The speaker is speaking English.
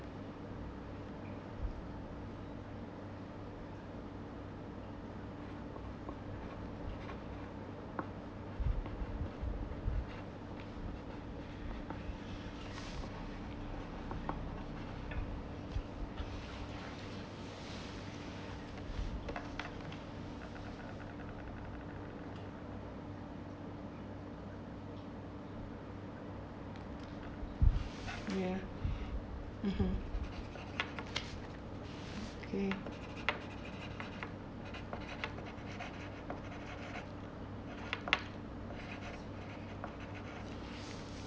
ya (uh huh) okay